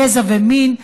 גזע ומין,